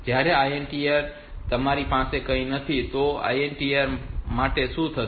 જ્યારે INTR માટે તમારી પાસે કંઈ નથી તો INTR માટે શું થયું